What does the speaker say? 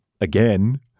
again